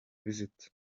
visit